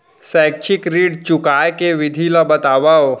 शैक्षिक ऋण चुकाए के विधि ला बतावव